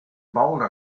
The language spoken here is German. boulder